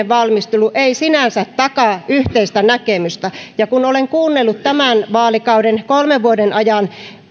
valmistelu ei sinänsä takaa yhteistä näkemystä kun olen kuunnellut tämän vaalikauden kolmen vuoden ajan